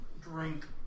drink